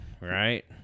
right